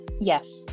Yes